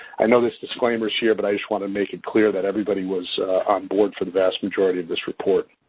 i know this disclaimer is here, but i just wanted to make it clear that everybody was on board for the vast majority of this report.